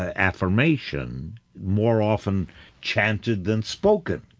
ah affirmation, more often chanted than spoken